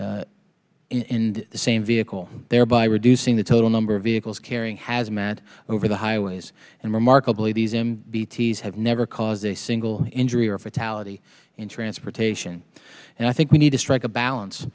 in the same vehicle thereby reducing the total number of vehicles carrying hazmat over the highways and remarkably these m b t's have never caused a single injury or fatality in transportation and i think we need to strike a balance